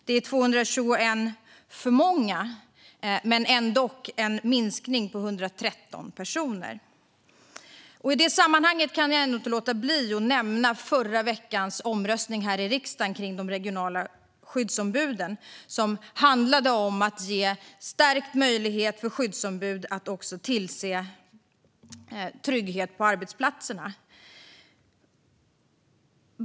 Det är 221 personer för många men ändå en minskning med 113 personer. I detta sammanhang kan jag inte låta bli att nämna förra veckans omröstning här i riksdagen om de regionala skyddsombuden, som handlade om att ge en starkare möjlighet för skyddsombud att tillse trygghet på arbetsplatserna.